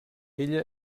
ella